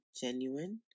genuine